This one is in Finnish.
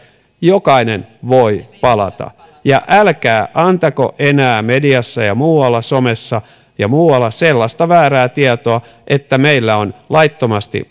jokainen voi palata ja älkää antako enää mediassa ja muualla somessa ja muualla sellaista väärää tietoa että meillä on laittomasti